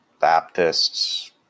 Baptists